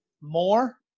more